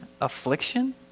affliction